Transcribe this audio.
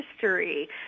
history